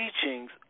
teachings